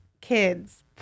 kids